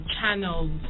channels